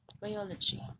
biology